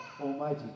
Almighty